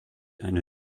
eine